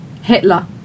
Hitler